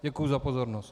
Děkuji za pozornost.